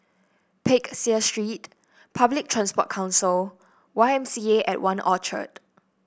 Peck Seah Street Public Transport Council Y M C A and One Orchard